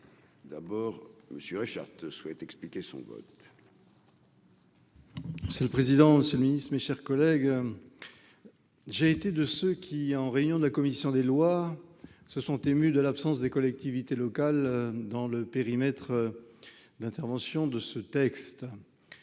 D'abord, Monsieur Richard souhaite expliquer son vote. C'est le président, Monsieur le Ministre, mes chers collègues, j'ai été de ceux qui, en réunion de la commission des lois se sont émus de l'absence des collectivités locales dans le périmètre d'intervention de ce texte